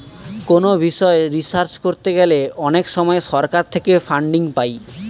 কোনো বিষয় রিসার্চ করতে গেলে অনেক সময় সরকার থেকে ফান্ডিং পাই